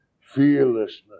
fearlessness